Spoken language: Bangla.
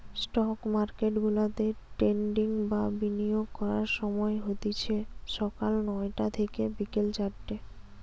স্টক মার্কেটগুলাতে ট্রেডিং বা বিনিয়োগ করার সময় হতিছে সকাল নয়টা থিকে বিকেল চারটে